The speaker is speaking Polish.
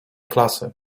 klasy